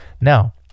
Now